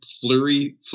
flurry